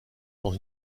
dans